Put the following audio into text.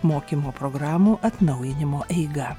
mokymo programų atnaujinimo eigą